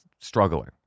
struggling